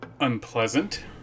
unpleasant